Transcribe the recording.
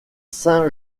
saint